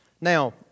Now